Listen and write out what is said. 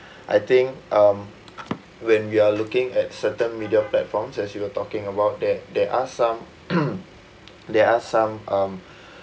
I think um when we are looking at certain media platforms as you were talking about there there are some there are some um